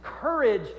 courage